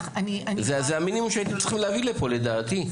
זה המינימום שהייתם צריכים להביא לפה לדעתי.